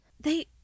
They-